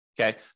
Okay